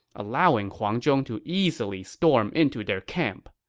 allowing huang zhong to easily storm into their camp.